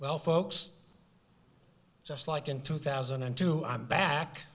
well folks just like in two thousand and two